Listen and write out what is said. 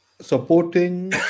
Supporting